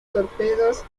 torpedos